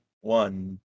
one